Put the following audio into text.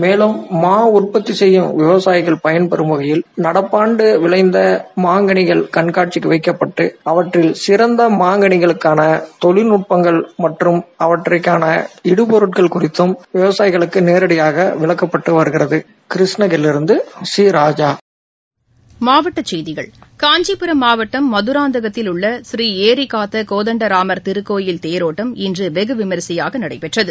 மேலம் மா உற்பத்தி செய்யும் விவசாயிகள் பயன்பெறும் வகையில் நடப்பு ஆண்டு விளைந்த மாங்கனிகள் கண்காட்சிங்கு வைக்கப்பட்டு அவற்றில் சிறந்த மாங்களிகளுக்கான தொழில்நட்பங்கள் மற்றும் அவற்றக்கான இடுபொருட்கள் குறித்தம் விவசாயிகளுக்கு விளக்கப்பட்டு வருகிறது கிருஷ்ணகிரியில் இருந்து சி ராஜா மாவட்ட செய்திகள் காஞ்சிபுரம் மாவட்டம் மதராந்தகத்தில் உள்ள திருக்கோயில் தேரோட்டம் இன்று வெகு விமரிசையாக நடைபெற்றது